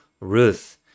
Ruth